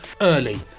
early